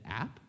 app